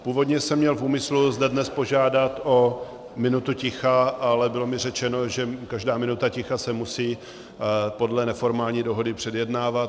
Původně jsem měl v úmyslu zde dnes požádat o minutu ticha, ale bylo mi řečeno, že každá minuta ticha se musí podle neformální dohody předjednávat.